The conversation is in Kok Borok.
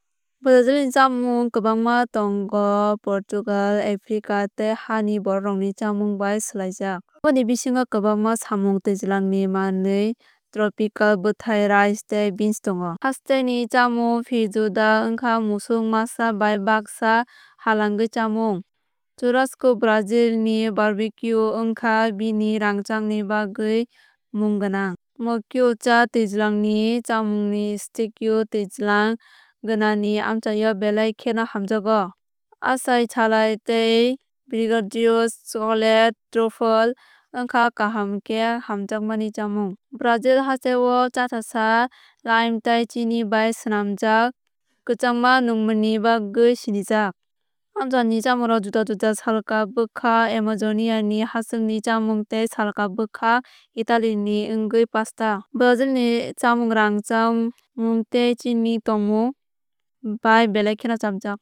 Brazil ni chamung kwbangma tongo portugal africa tei hani borokrokni chamung bai swlaijak. Aboni bisingo kwbangma samung twijlangni manwi tropical bwthai rice tei beans tongo. Hasteni chamung feijoada wngkha musuk masa bai baksa halangui chamung. Churrasco Brazil ni barbecue wngkha bini rangchakni bagwi mung gwnang. Moqueca twijlangni chamungni stew twijlang ganani amchaio belai kheno hamjakgo. Açai thala tei brigadeiros chocolete truffle wngkha kaham khe hamjakmani chamung. Brazil hasteo cachaça lime tei chini bai swnamjak kwchangma nungmungni bagwi sinijak. Amchai ni chamungrok juda juda salka bwkhak Amazonia ni hachwk ni chamung tei salka bwkhak Italy ni wngwi pasta. Brazil ni chamung rangchak mwng tei chini tongmung bai belai kheno chapjak.